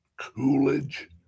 Coolidge